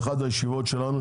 באחת הישיבות שלנו,